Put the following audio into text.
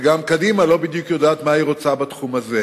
וגם קדימה לא בדיוק יודעת מה היא רוצה בתחום הזה,